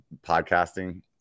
podcasting